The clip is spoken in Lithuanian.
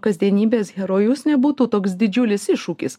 kasdienybės herojus nebūtų toks didžiulis iššūkis